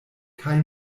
kaj